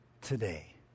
today